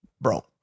Bro